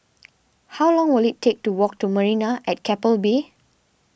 how long will it take to walk to Marina at Keppel Bay